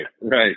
right